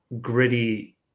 gritty